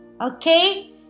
Okay